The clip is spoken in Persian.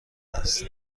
است